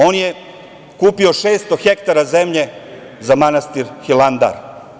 On je kupio 600 hektara zemlje za manastir Hilandar.